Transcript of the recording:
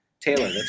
Taylor